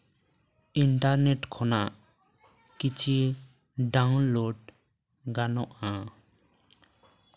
internet ᱠᱷᱚᱱᱟᱜ ᱠᱤᱪᱷᱤ download ᱜᱟᱱᱚᱜᱼᱟ